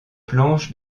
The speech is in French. planches